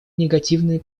негативные